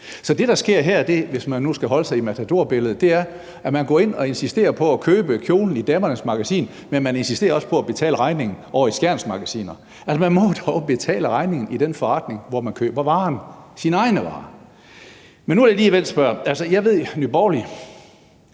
Så det, der sker her, hvis man nu skal holde sig til Matadorbilledet, er, at man går ind og insisterer på at købe kjolen i Damernes Magasin, men man insisterer også på at betale regningen ovre i Skjerns Magasin. Altså, man må dog betale regningen i den forretning, hvor man køber varen, dens egne varer. Men nu vil jeg alligevel spørge: Hvis Nye Borgerlige